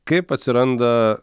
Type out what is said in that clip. kaip atsiranda